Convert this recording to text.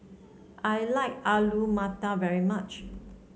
I like Alu Matar very much